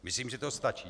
Myslím, že to stačí.